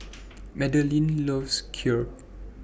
Madaline loves Kheer